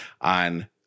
on